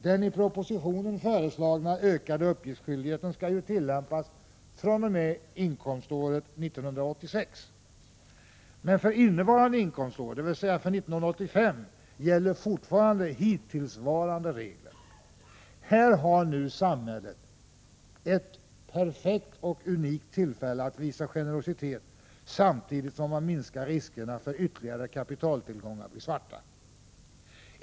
Den i propositionen föreslagna ökade uppgiftsskyldigheten skall ju tillämpas fr.o.m. inkomståret 1986. Men för innevarande inkomstår, dvs. för 1985, gäller fortfarande hittillsvarande regler. Samhället har nu alltså ett perfekt och unikt tillfälle att visa generositet samtidigt som riskerna minskas för att ytterligare kapitaltillgångar blir ”svarta”.